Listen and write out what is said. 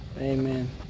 Amen